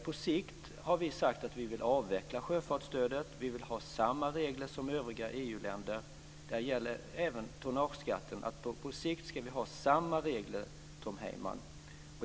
Vi har sagt att vi vill på sikt avveckla sjöfartsstödet. Vi vill ha samma regler som övriga EU-länder. Det gäller även tonnageskatten. På sikt ska vi ha samma regler, Tom Heyman.